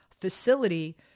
facility